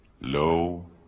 Lo